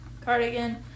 cardigan